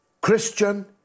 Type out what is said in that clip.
Christian